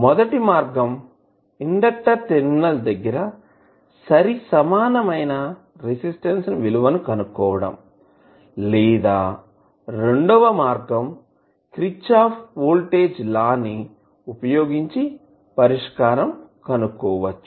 మొదటి మార్గం inductor terminal దగ్గర సరిసమానమైన రెసిస్టెన్స్ విలువను కనుక్కోవడం లేదా రెండో మార్గం క్రిచ్చాఫ్ వోల్టేజ్ లా వుపయోగించి పరిష్కారం కనుక్కోవచ్చు